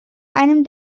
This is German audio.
einem